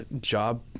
job